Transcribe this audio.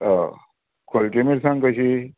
अं खोलची मिरसांग कशीं